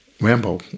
rambo